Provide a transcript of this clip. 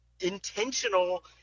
intentional